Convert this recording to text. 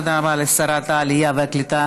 תודה רבה לשרת העלייה והקליטה,